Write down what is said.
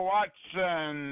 Watson